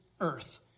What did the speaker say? earth